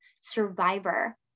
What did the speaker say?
survivor